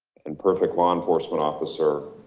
and perfect law enforcement officer.